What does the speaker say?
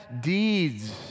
deeds